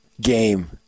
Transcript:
game